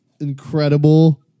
incredible